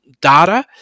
data